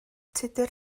tudur